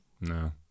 No